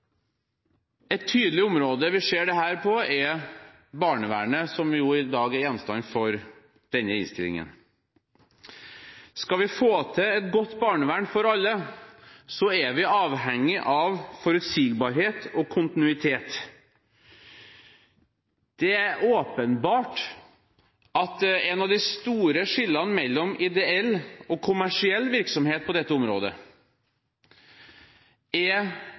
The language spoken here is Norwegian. Et område vi ser dette tydelig på, er barnevernet, som i dag er gjenstand for behandling i denne innstillingen. Skal vi få til et godt barnevern for alle, er vi avhengig av forutsigbarhet og kontinuitet. Det er åpenbart at et av de store skillene mellom ideell og kommersiell virksomhet på dette området er